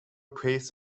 praised